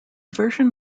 version